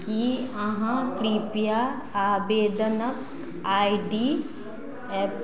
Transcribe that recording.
की अहाँ कृपया आवेदनक आइ डी एफ